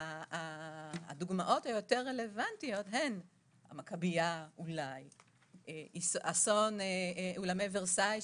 הדוגמאות היותר רלוונטיות הן אולי המכביה או אסון אולמי ורסאי,